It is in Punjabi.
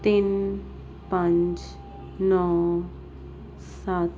ਤਿੰਨ ਪੰਜ ਨੌਂ ਸੱਤ